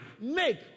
make